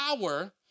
power